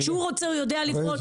כשהוא רוצה הוא יודע לפעול.